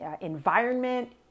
environment